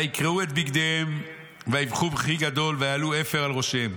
ויקרעו את בגדיהם ויבכו בכי גדול ויעלו עפר על ראשיהם.